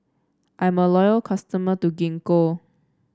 I'm a loyal customer to Gingko